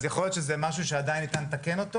יכול להיות שזה משהו שעדיין ניתן לתקן אותו